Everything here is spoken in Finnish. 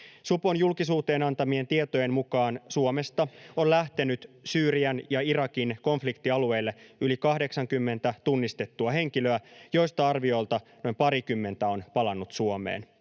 Supon julkisuuteen antamien tietojen mukaan Suomesta on lähtenyt Syyrian ja Irakin konfliktialueille yli 80 tunnistettua henkilöä, joista arviolta noin parikymmentä on palannut Suomeen.